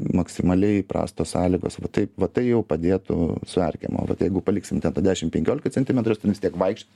maksimaliai prastos sąlygos va taip va tai jau padėtų su erkėm o vat jeigu paliksim ten dešim penkiolika centimetrų jos ten vis tiek vaikščios